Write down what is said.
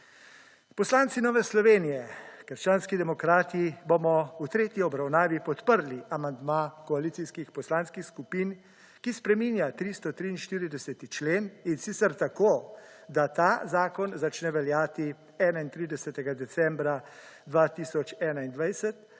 Poslanci Nove Slovenije – krščanski demokrati bomo v tretjih obravnavi podprli amandma koalicijskih poslanskih skupin, ki spreminjajo 343. člen in sicer tako, da ta zakon začne veljati 31. decembra 2021